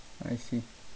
I see